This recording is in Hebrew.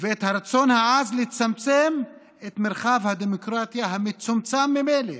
ואת הרצון העז לצמצם את מרחב הדמוקרטיה המצומצם ממילא